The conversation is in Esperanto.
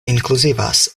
inkluzivas